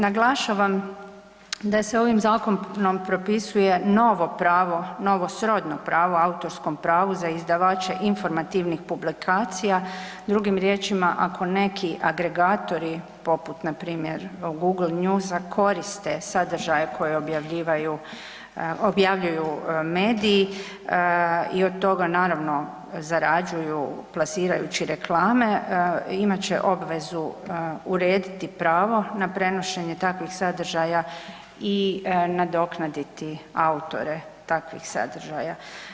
Naglašavam da se ovim zakonom propisuje novo pravo, novo srodno pravo autorskom pravu za izdavače informativnih publikacija, drugim riječima ako neki agregatori poput npr. Google newsa koriste sadržaje koje objavljuju mediji, i od toga naravno zarađuju plasirajući reklame, imat će obvezu urediti pravo na prenošenje takvih sadržaja i nadoknaditi autore takvih sadržaja.